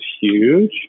huge